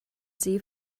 sie